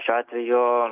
šiuo atveju